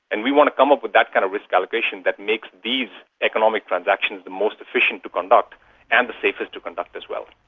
and we want to come up with that kind of risk aggregation that makes these economic transactions most efficient to conduct and the safest to conduct as well.